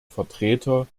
vertreter